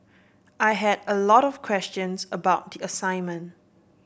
I had a lot of questions about the assignment